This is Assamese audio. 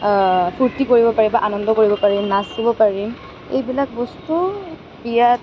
ফূৰ্তি কৰিব পাৰিম বা আনন্দ কৰিব পাৰিম নাচিব পাৰিম এইবিলাক বস্তু বিয়াৰ